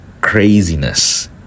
craziness